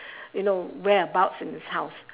you know whereabouts in this house